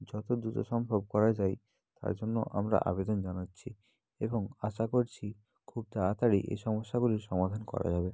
যত দ্রুত সম্ভব করা যায় তার জন্য আমরা আবেদন জানাচ্ছি এবং আশা করছি খুব তাড়াতাড়ি এই সমস্যাগুলির সমাধান করা যাবে